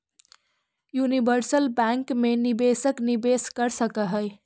universal bank मैं निवेशक निवेश कर सकऽ हइ